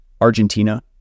Argentina